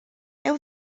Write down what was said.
heu